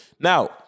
Now